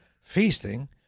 feasting